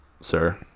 sir